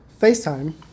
FaceTime